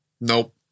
Nope